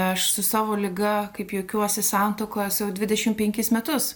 aš su savo liga kaip juokiuosi santuokoj esu jau dvidešimt penkis metus